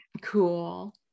Cool